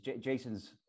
Jason's